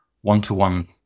one-to-one